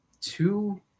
two